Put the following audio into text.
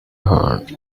heart